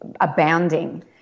abounding